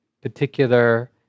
particular